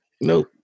Nope